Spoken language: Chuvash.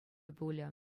пулӗ